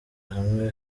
hamwe